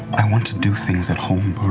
i want to do things at home,